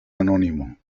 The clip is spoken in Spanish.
anónimo